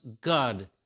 God